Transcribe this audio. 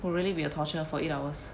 would really be a torture for eight hours